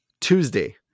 Tuesday